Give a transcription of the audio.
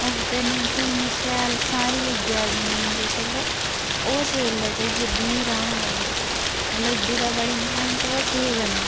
ओसदे कन्नै फ्ही इयां शैल साह्री होई गेआ ज़मीन जिस बेल्लै ओस बेल्लै जाइयै बीऽ राह्ने पौंदे लगदी ते बड़ी मेह्नत पर केह् करना